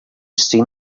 seen